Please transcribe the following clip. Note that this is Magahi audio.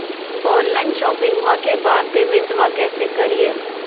ऑनलाइन शोपिंग्बा के बाद पेमेंटबा कैसे करीय?